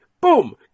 Boom